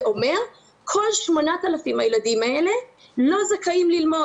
אומר שכל 8,000 הילדים האלה לא זכאים ללמוד.